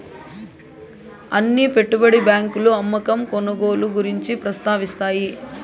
అన్ని పెట్టుబడి బ్యాంకులు అమ్మకం కొనుగోలు గురించి ప్రస్తావిస్తాయి